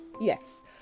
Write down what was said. yes